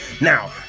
now